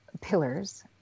pillars